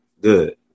Good